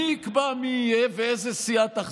מי יקבע מי הוא יהיה, איזו סיעה?